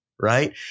Right